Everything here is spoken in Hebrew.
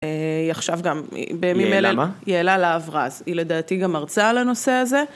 היא עכשיו גם, יעלה להב רז, היא לדעתי גם מרצה על הנושא הזה.